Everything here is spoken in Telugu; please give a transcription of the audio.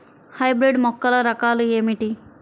హైబ్రిడ్ మొక్కల రకాలు ఏమిటీ?